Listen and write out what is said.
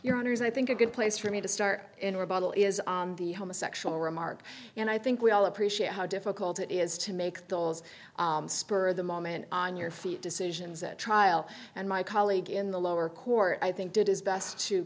your honour's i think a good place for me to start in rebuttal is on the homosexual remark and i think we all appreciate how difficult it is to make goals spur of the moment on your feet decisions at trial and my colleague in the lower court i think did his best to